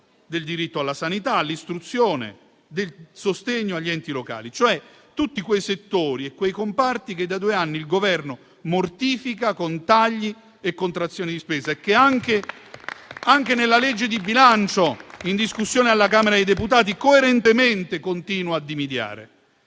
del diritto alla sanità e all'istruzione, il sostegno agli enti locali, cioè tutti quei settori e quei comparti che da due anni il Governo mortifica, con tagli e contrazioni di spesa e che, anche nel disegno di legge di bilancio in discussione alla Camera dei deputati, coerentemente continua a dimidiare.